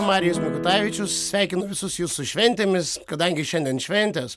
marijus mikutavičius sveikinu visus jus su šventėmis kadangi šiandien šventės